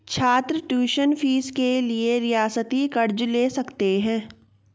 छात्र tuition fees के लिए रियायती कर्ज़ ले सकते हैं